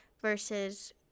versus